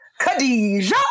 Khadija